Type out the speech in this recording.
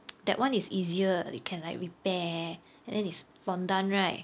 that one is easier you can like repair and then it's fondant right